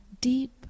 deep